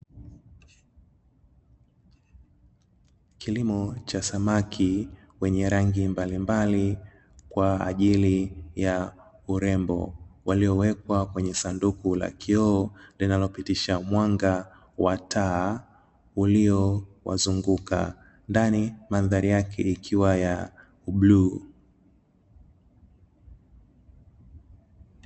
Kilimo cha samaki wenye rangi mbalimbali kwa ajili ya urembo, waliowekwa kwenye sanduku la kioo linalopitisha mwanga wa taa uliowazunguka. Ndani mandhari yake ikiwa ya bluu.